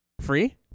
Free